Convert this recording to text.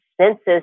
Census